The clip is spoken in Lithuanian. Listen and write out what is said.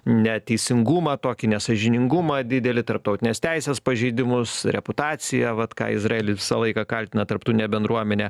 neteisingumą tokį nesąžiningumą didelį tarptautinės teisės pažeidimus reputaciją vat ką izraelis visą laiką kaltina tarptunę bendruomenę